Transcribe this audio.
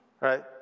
Right